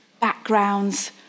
backgrounds